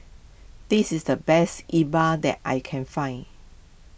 this is the best E Bua that I can find